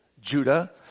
Judah